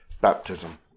baptism